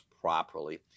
properly